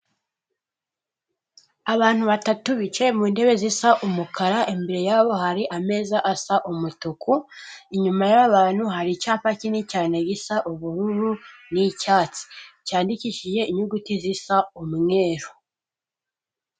Abantu batatu bicaye mu ntebe zisa umukara imbere yabo hari ameza asa umutuku, inyuma y'aba bantu hari icyapa kinini cyane gisa ubururu n'icyatsi cyandikishije inyuguti zisa umweru.